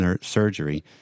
surgery